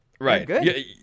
Right